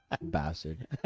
bastard